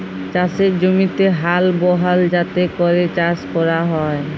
চাষের জমিতে হাল বহাল যাতে ক্যরে চাষ ক্যরা হ্যয়